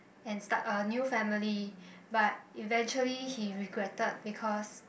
and start a new family but eventually he regretted because